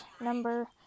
number